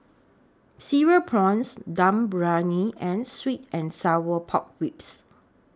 Cereal Prawns Dum Briyani and Sweet and Sour Pork Ribs